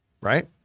right